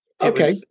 okay